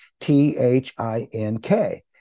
T-H-I-N-K